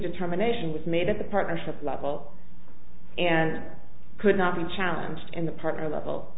determination was made at the partnership level and could not be challenged in the partner level